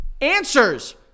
answers